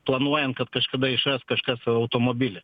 planuojant kad kažkada išras kažkas automobilį